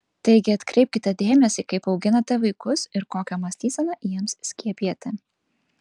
taigi atkreipkite dėmesį kaip auginate vaikus ir kokią mąstyseną jiems skiepijate